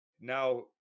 Now